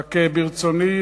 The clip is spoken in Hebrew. רק ברצוני,